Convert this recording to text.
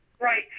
Right